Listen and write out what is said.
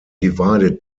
divided